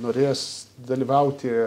norės dalyvauti